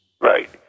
Right